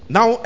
Now